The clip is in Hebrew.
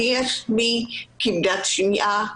אני עצמי כבדת שמיעה,